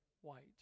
White